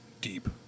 deep